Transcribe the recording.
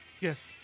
Yes